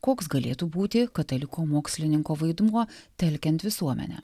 koks galėtų būti kataliko mokslininko vaidmuo telkiant visuomenę